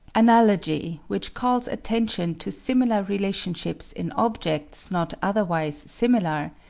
analogy, which calls attention to similar relationships in objects not otherwise similar,